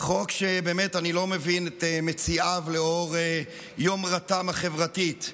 חוק שבאמת אני לא מבין את מציעיו לאור יומרתם החברתית.